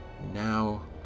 Now